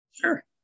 sure